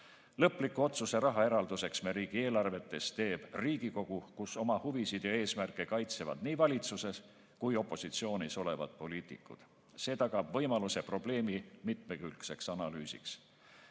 Lõpliku otsuse raha eraldamiseks meie riigieelarvetes teeb Riigikogu, kus oma huvisid ja eesmärke kaitsevad nii valitsuses kui ka opositsioonis olevad poliitikud. See tagab võimaluse probleemi mitmekülgseks analüüsiks.